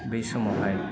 बै समावहाय